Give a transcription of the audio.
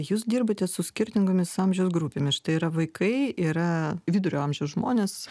jūs dirbate su skirtingomis amžiaus grupėmis ir štai yra vaikai yra vidurio amžiaus žmonės